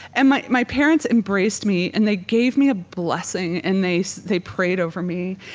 and my my parents embraced me and they gave me a blessing and they so they prayed over me.